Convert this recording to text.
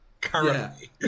currently